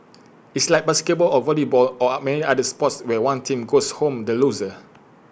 it's like basketball or volleyball or many other sports where one team goes home the loser